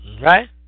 Right